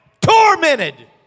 tormented